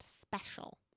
special